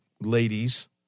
ladies